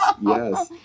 yes